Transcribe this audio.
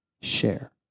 share